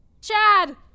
Chad